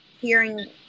hearing